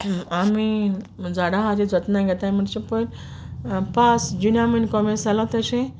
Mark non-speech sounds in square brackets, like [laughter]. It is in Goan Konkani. आमी झाडांची जतनाय घेताय म्हणचे [unintelligible] पास जुना म्हुयन कोमेस जालो तशें